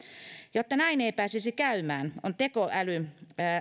jotta näin ei pääsisi käymään